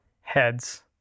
heads